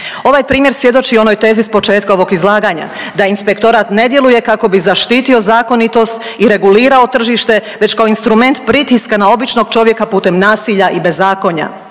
Ovaj primjer svjedoči onoj tezi s početka ovog izlaganja. Da Inspektorat ne djeluje kako bi zaštitio zakonitost i regulirao tržište, već kao instrument pritiska na običnog čovjeka putem nasilja i bezakonja